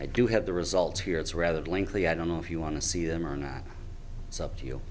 i do have the results here it's rather blankly i don't know if you want to see them or not it's up to you